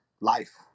life